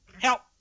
Help